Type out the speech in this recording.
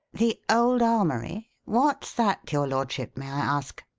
the old armoury? what's that, your lordship, may i ask?